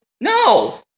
No